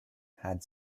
had